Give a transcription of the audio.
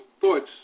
thoughts